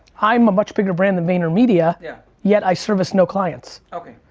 i'm a much bigger brand than vaynermedia. yeah. yet i service no clients. okay.